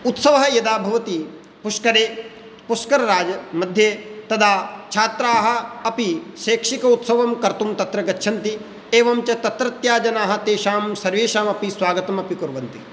उत्सवः यदा भवति पुष्करे पुष्करराजमध्ये तदा छात्राः अपि शैक्षिक उत्सवं कर्तुं तत्र गच्छन्ति एवञ्च तत्रत्याः जनाः तेषां सर्वेषाम् अपि स्वागतमपि कुर्वन्ति